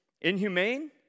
Inhumane